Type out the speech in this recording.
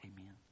Amen